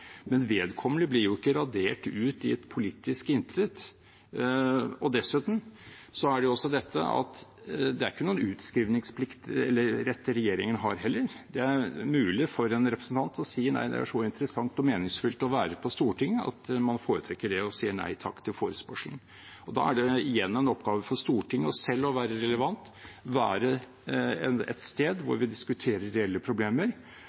men vedkommende blir jo ikke radert ut i et politisk intet. Dessuten er det heller ikke en utskrivningsrett regjeringen har. Det er mulig for en representant å si at det er så interessant og meningsfylt å være på Stortinget at man foretrekker det og sier nei takk til forespørselen. Da er det igjen en oppgave for Stortinget selv å være relevant og å være et sted hvor vi diskuterer reelle problemer,